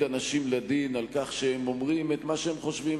אנשים לדין על כך שהם אומרים את מה שהם חושבים,